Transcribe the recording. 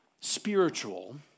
spiritual